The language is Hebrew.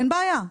אין בעיה,